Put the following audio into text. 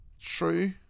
True